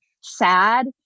sad